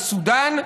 לסודאן,